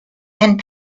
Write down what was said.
and